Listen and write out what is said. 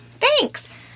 Thanks